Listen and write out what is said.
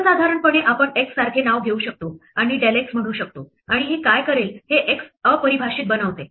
सर्वसाधारणपणे आपण x सारखे नाव घेऊ शकतो आणि del x म्हणू शकतो आणि हे काय करेल हे x अपरिभाषित बनवते